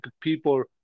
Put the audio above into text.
people